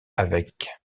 avec